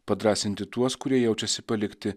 padrąsinti tuos kurie jaučiasi palikti